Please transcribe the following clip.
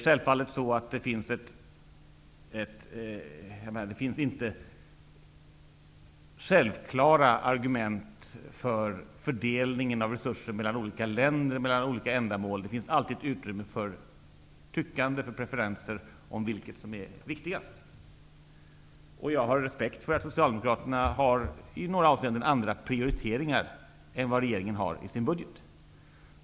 Självfallet finns det inte givna argument för fördelningen av resurserna mellan olika länder och mellan olika ändamål. Det finns alltid ett utrymme för tyckande och preferenser om vad som är viktigast. Jag har respekt för att Socialdemokraterna i några avseenden har andra prioriteringar än regeringen har i sin budget.